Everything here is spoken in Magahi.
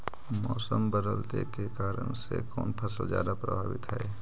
मोसम बदलते के कारन से कोन फसल ज्यादा प्रभाबीत हय?